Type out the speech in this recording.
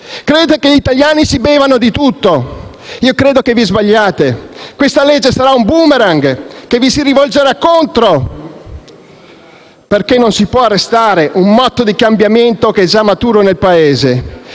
Credete che gli italiani si bevano di tutto. Io credo che vi sbagliate. Questa legge sarà un *boomerang* che vi rivolgerà contro perché non si può arrestare un moto di cambiamento che è già maturo nel Paese.